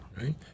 Right